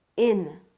in.